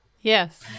Yes